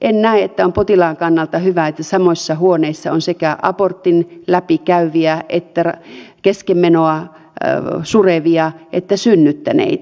en näe että on potilaan kannalta hyvä että samoissa huoneissa on sekä abortin läpikäyviä että keskenmenoa surevia että synnyttäneitä